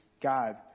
God